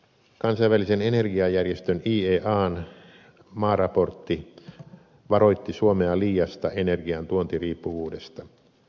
kansainvälisen energiajärjestön iean maaraportti varoitti suomea liiasta energian tuontiriippuvuudesta